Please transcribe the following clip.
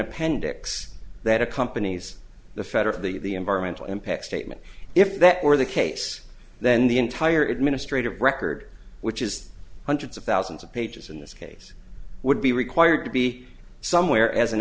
appendix that accompanies the fed of the environmental impact statement if that were the case then the entire administrative record which is hundreds of thousands of pages in this case would be required to be somewhere as an